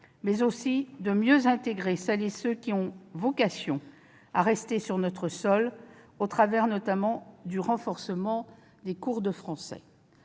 d'asile et de mieux intégrer celles et ceux qui ont vocation à rester sur notre sol au travers, notamment, du renforcement des cours de Français.